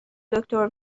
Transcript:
دکتر